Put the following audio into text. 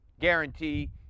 guarantee